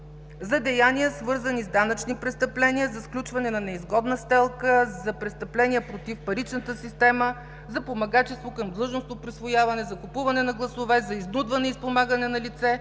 за деяния, свързани с данъчни престъпления, за сключване на неизгодна сделка, за престъпления против паричната система, за помагачество към длъжностно присвояване, за купуване на гласове, за изнудване и спомагане на лице